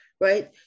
right